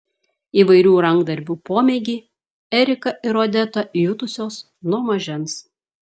įvairių rankdarbių pomėgį erika ir odeta jutusios nuo mažens